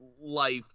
life